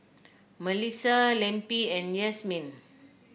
Melisa Lempi and Yasmine